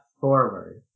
forward